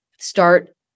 start